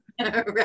Right